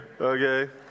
Okay